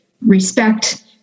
respect